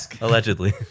allegedly